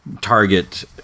target